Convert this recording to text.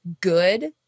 good